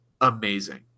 amazing